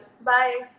Bye